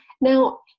now